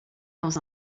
dans